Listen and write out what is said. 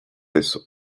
eso